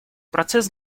процесс